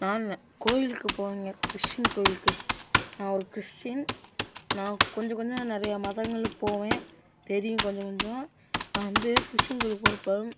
நான் கோயிலுக்கு போவேங்க கிறிஷ்டின் கோயிலுக்கு நான் ஒரு கிறிஷ்டின் நான் கொஞ்சம் கொஞ்சம் நிறையா மதங்களுக்கு போவேன் தெரியும் கொஞ்ச கொஞ்சம் நான் வந்து கிறிஷ்டின் கோயிலுக்கு போகிறப்ப